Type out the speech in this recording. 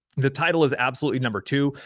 the title is absolutely number two.